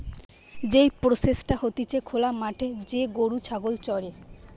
যেই প্রসেসটা হতিছে খোলা মাঠে যে গরু ছাগল চরে